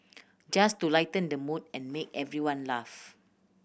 just to lighten the mood and make everyone laugh